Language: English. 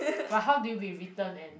but how do you be written and